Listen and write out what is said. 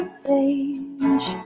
page